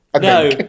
No